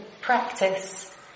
practice